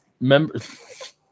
members